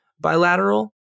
bilateral